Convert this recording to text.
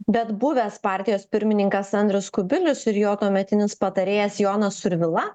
bet buvęs partijos pirmininkas andrius kubilius ir jo tuometinis patarėjas jonas survila